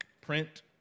Print